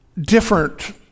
Different